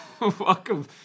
Welcome